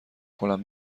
کنم